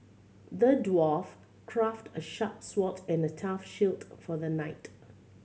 the dwarf crafted a sharp sword and a tough shield for the knight